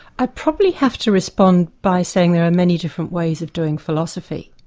i'd probably have to respond by saying there are many different ways of doing philosophy.